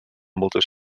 moltes